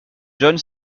john